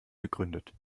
gegründet